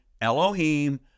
Elohim